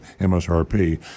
MSRP